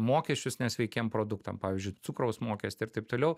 mokesčius nesveikiem produktam pavyzdžiui cukraus mokestį ir taip toliau